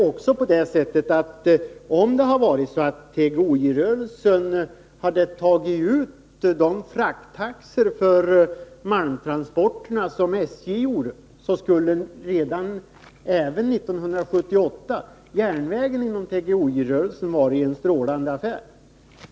Om TGOJ-rörelsen hade tillämpat samma frakttaxor för malmtransporterna som SJ gjorde, skulle järnvägen inom TGOJ-rörelsen ha varit en strålande affär även 1978.